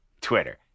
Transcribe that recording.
Twitter